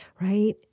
right